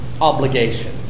obligation